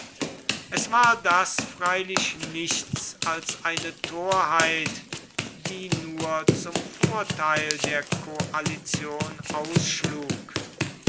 es war das freilich nichts als eine torheit die nur zum vorteil der koalition ausschlug